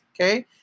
Okay